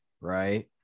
right